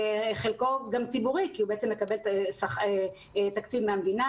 וחלקו גם ציבורי כי הוא מקבל תקציב מן המדינה,